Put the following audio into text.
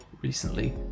recently